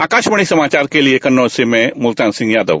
आकाशवाणी समाचार के लिए कन्नौज से मैं मुल्तान सिंह यादव